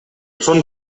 són